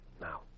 Now